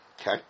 Okay